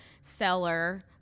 seller